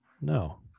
No